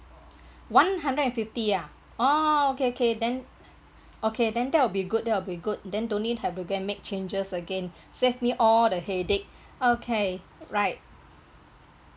one hundred and fifty ah orh okay okay then okay then that will be good that will be good then don't need to have to get make changes again save me all the headache okay right